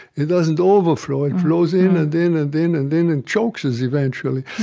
it doesn't overflow. it flows in and in and in and in and chokes us, eventually.